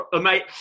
Mate